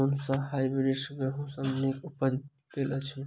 कुन सँ हायब्रिडस गेंहूँ सब सँ नीक उपज देय अछि?